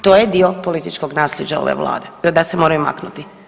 To je dio političkog naslijeđa ove Vlade, da se moraju maknuti.